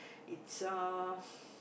it's err